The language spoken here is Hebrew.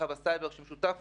מרחב הסייבר המשותף